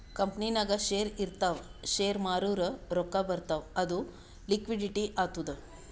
ಕಂಪನಿನಾಗ್ ಶೇರ್ ಇರ್ತಾವ್ ಶೇರ್ ಮಾರೂರ್ ರೊಕ್ಕಾ ಬರ್ತಾವ್ ಅದು ಲಿಕ್ವಿಡಿಟಿ ಆತ್ತುದ್